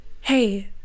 hey